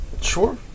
Sure